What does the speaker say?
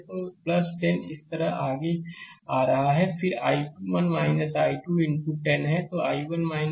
तो 10 इस तरह आगे आ रहा है फिर I1 I2 इनटू 10